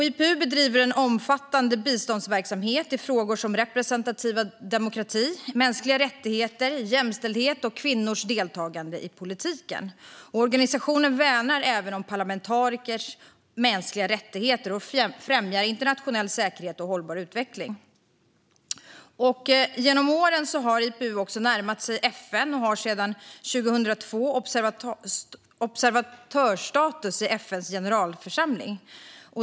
IPU bedriver en omfattande biståndsverksamhet i frågor som representativ demokrati, mänskliga rättigheter, jämställdhet och kvinnors deltagande i politiken. Organisationen värnar även parlamentarikers mänskliga rättigheter och främjar internationell säkerhet och hållbar utveckling. Genom åren har IPU närmat sig FN och har sedan 2002 observatörsstatus i FN:s generalförsamling.